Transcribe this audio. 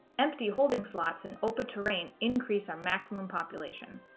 empty holding slots in open terrain increase our maximum population.